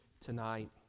tonight